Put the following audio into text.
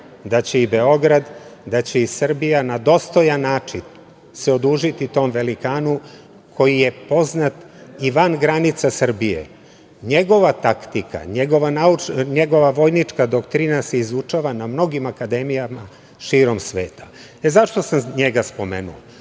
da će i Beograd, da će i Srbija na dostojan način se odužiti tom velikanu, koji je poznat i van granica Srbije. Njegova taktika, njegova vojnička doktrina se izučava na mnogim akademijama širom sveta.Zašto sam njega spomenuo?